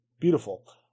beautiful